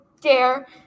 dare